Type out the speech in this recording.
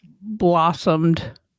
blossomed